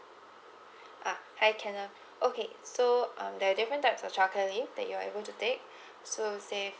I can uh okay so um there are different type of child care leave that you are be able to take so you say